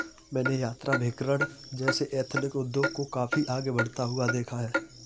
मैंने यात्राभिकरण जैसे एथनिक उद्योग को काफी आगे बढ़ता हुआ देखा है